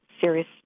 serious